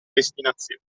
destinazione